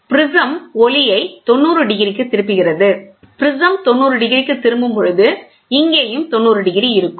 prism ஒளியை 90 டிகிரிக்கு திருப்புகிறது ப்ரிஸம் 90 டிகிரிக்கு திரும்பும் பொழுது இங்கேயும் 90 டிகிரி இருக்கும்